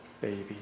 baby